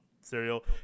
cereal